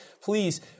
please